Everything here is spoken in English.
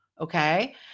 okay